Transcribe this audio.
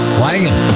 wagon